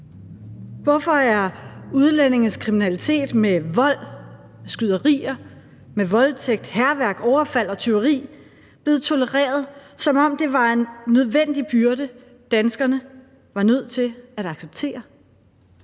Hvorfor er udlændinges kriminalitet med vold, skyderier, voldtægt, hærværk, overfald og tyveri blevet tolereret, som om det var en nødvendig byrde, danskerne var nødt til at acceptere?